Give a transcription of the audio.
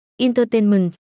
entertainment